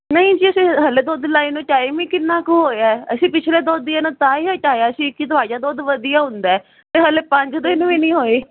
ਨਹੀਂ ਜੀ ਅਸੀਂ ਹਜੇ ਦੁੱਧ ਲਗਾਏ ਨੂੰ ਟਾਇਮ ਹੀ ਕਿੰਨਾ ਕੁ ਹੋਇਆ ਅਸੀਂ ਪਿਛਲੇ ਦੋਧੀਆਂ ਨੂੰ ਤਾਂ ਹੀ ਹਟਾਇਆ ਸੀ ਕਿ ਤੁਹਾਡਾ ਦੁੱਧ ਵਧੀਆ ਹੁੰਦਾ ਅਤੇ ਹਜੇ ਪੰਜ ਦਿਨ ਵੀ ਨਹੀਂ ਹੋਏ